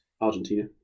Argentina